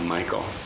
Michael